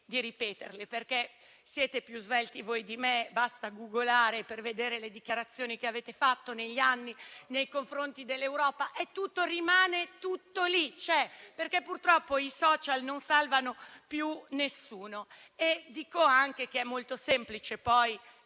di ripeterle perché siete più svelti voi di me, basta googlare per vedere le dichiarazioni che avete fatto negli anni nei confronti dell'Europa. Tutto rimane lì, perché purtroppo i *social* non salvano più nessuno. Presidente, lei è bravissima - non